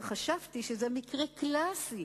חשבתי שזה מקרה קלאסי,